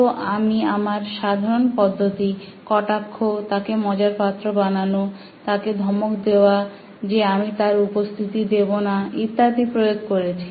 তো আমি আমার সাধারণ পদ্ধতি কটাক্ষ তাকে মজার পাত্র বানানো তাকে ধমক দেওয়া যে আমি তার উপস্থিতি দেবনা ইত্যাদি প্রয়োগ করেছি